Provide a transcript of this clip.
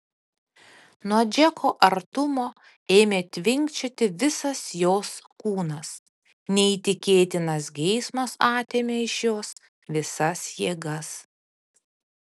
nuo džeko artumo ėmė tvinkčioti visas jos kūnas neįtikėtinas geismas atėmė iš jos visas jėgas